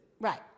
Right